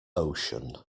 ocean